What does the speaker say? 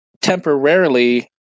temporarily